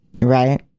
right